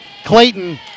Clayton